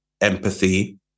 empathy